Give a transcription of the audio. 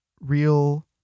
real